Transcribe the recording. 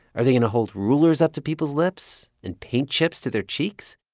are they gonna hold rulers up to people's lips and paint chips to their cheeks?